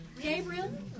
Gabriel